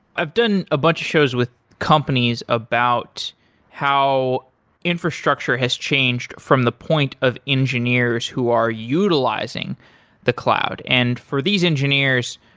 i've done a bunch of shows with companies about how infrastructure has change from the point of engineers who are utilizing the cloud, and for these engineers,